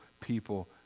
people